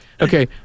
Okay